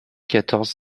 quatorze